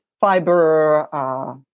fiber